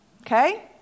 Okay